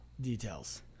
details